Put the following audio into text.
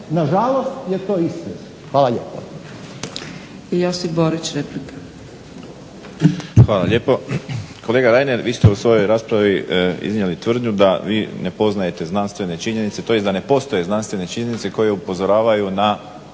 Nažalost, je to istina. Hvala lijepa.